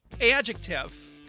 Adjective